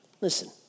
Listen